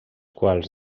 quals